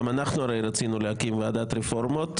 הרי גם אנחנו רצינו להקים ועדת רפורמות,